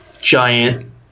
giant